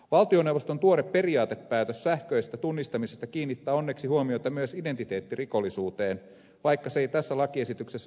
valtioneuvoston tuore periaatepäätös sähköisestä tunnistamisesta kiinnittää onneksi huomiota myös identiteettirikollisuuteen vaikka se ei tässä lakiesityksessä suoraan näykään